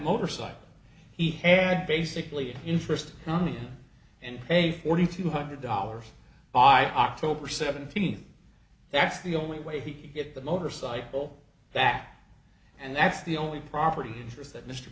motorcycle he had basically an interest in me and a forty two hundred dollars by october seventeenth that's the only way he could get the motorcycle back and that's the only property interest that mr